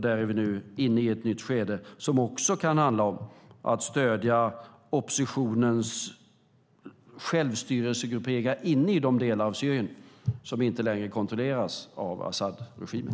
Där är vi nu inne i ett nytt skede som också kan handla om att stödja oppositionens självstyrelsegrupperingar inne i de delar av Syrien som inte längre kontrolleras av Assadregimen.